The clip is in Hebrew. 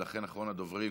ולכן אחרון הדוברים,